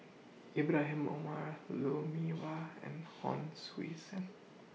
Ibrahim Omar Lou Mee Wah and Hon Sui Sen